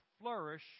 flourish